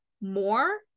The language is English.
more